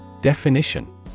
Definition